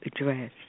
address